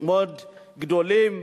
מאוד גדולים.